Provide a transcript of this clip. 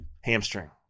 hamstring